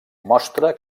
mostra